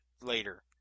later